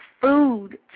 food